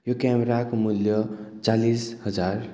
यो क्यामेराको मूल्य चालिस हजार